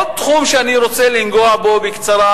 עוד תחום שאני רוצה לנגוע בו בקצרה,